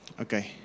Okay